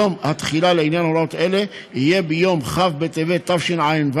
יום התחילה לעניין הוראות אלה יהיה ביום כ' בטבת התשע"ו,